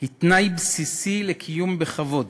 היא תנאי בסיסי לקיום בכבוד.